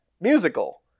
musical